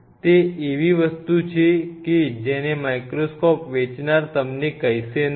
તે એવી વસ્તુ છે કે જેને માઇક્રોસ્કોપ વેચનાર તમને કહેશે નહીં